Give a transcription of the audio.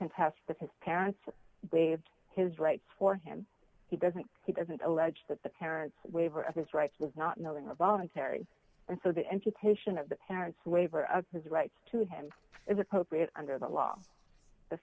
contest that his parents waived his rights for him he doesn't he doesn't allege that the parents waiver of his rights was not knowing or voluntary and so the entertainment of the parents waiver of his rights to him is appropriate under the law the